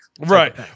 Right